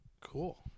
Cool